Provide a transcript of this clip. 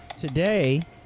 Today